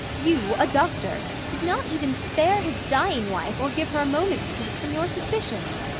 you, a doctor, did not even spare his dying wife or give her a moment's peace from your suspicions.